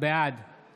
בעד